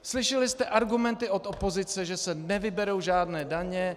Slyšeli jste argumenty od opozice, že se nevyberou žádné daně.